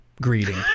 greeting